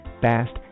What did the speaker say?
fast